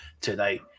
today